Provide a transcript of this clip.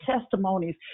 testimonies